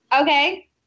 Okay